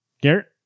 Garrett